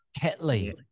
Ketley